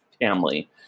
family